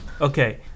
Okay